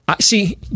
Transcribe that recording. see